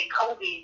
Kobe